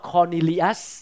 Cornelius